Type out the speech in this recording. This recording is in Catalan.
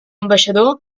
ambaixador